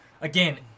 Again